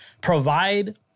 provide